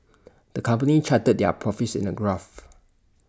the company charted their profits in A graph